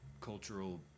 cultural